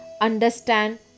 understand